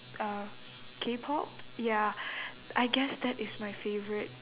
uh Kpop ya I guess that is my favourite